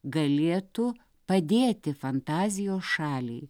galėtų padėti fantazijos šaliai